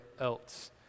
else